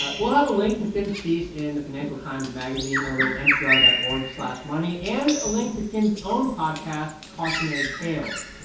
ah we'll have a link to tim's piece in the financial times magazine over at npr dot org slash money and a link to tim's own podcast cautionary tales,